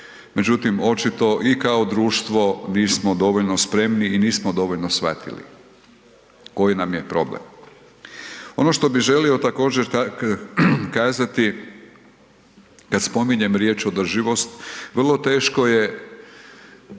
međutim očito i kao društvo nismo dovoljno spremni i nismo dovoljno shvatili koji nam je problem. Ono što bi želio također kazati kad spominjem riječ „održivost“ vrlo teško je